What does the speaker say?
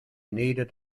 needed